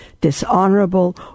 dishonorable